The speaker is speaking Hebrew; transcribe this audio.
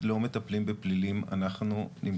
צריך שזה יהיה במקומי, שיהיה במקומי.